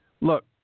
Look –